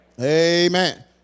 Amen